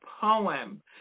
poem